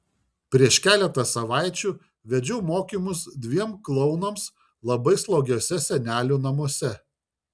prieš keletą savaičių vedžiau mokymus dviem klounams labai slogiuose senelių namuose